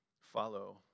follow